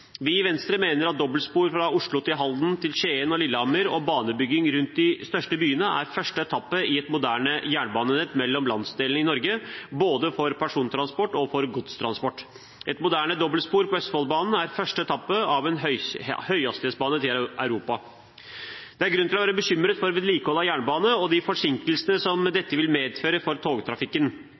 Vi i Venstre mener at dobbeltspor fra Oslo til Halden, til Skien og Lillehammer og banebygging rundt de største byene er første etappe i et moderne jernbanenett mellom landsdelene i Norge, både for persontransport og for godstransport. Et moderne dobbeltspor på Østfoldbanen er første etappe av en høyhastighetsbane til Europa. Det er grunn til å være bekymret for vedlikeholdet av jernbanen, og de forsinkelsene som dette vil medføre for togtrafikken.